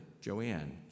Joanne